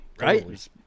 right